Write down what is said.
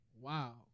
wow